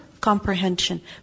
comprehension